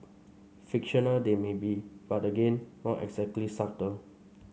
fictional they may be but again not exactly subtle